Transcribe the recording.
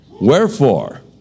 Wherefore